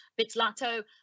Bitslato